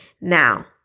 Now